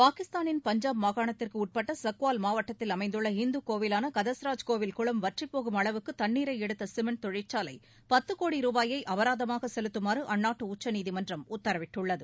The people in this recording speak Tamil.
பாகிஸ்தானின் பஞ்சாப் மாகாணத்திற்கு உட்பட்ட சக்வால் மாவட்டத்தில் அமைந்துள்ள இந்து கோவிலான கதஸ்ராஜ் கோவில் குளம் வற்றிப் போகும் அளவுக்கு தண்ணீரை எடுத்த சிமெண்ட் கோடி ரூபாயை அபராதமாக செலுத்துமாறு அந்நாட்டு உச்சநீதிமன்றம் தொழிற்சாலை பத்து உத்தரவிட்டுள்ளது